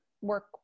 work